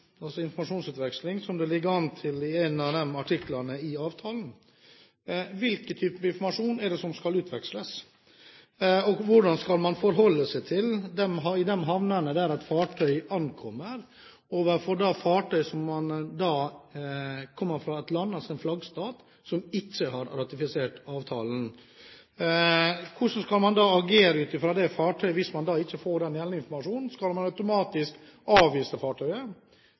altså ha informasjonsutveksling – som det ligger an til ut fra en av artiklene i avtalen – hvilken type informasjon er det som skal utveksles, og hvordan skal man forholde seg til dette i de havnene der fartøy ankommer, overfor fartøy som kommer fra et land, altså en flaggstat, som ikke har ratifisert avtalen? Hvordan skal man da agere overfor et fartøy hvis man ikke får den gjeldende informasjon? Skal man automatisk avvise fartøyet,